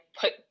put